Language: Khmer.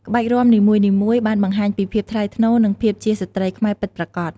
ក្បាច់រាំនីមួយៗបានបង្ហាញពីភាពថ្លៃថ្នូរ និងភាពជាស្ត្រីខ្មែរពិតប្រាកដ។